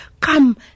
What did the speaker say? come